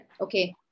Okay